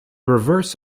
reverse